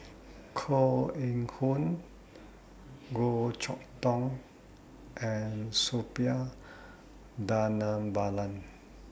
Koh Eng Hoon Goh Chok Tong and Suppiah Dhanabalan